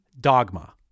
Dogma